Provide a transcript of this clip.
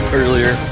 earlier